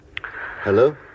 Hello